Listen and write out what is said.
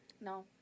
No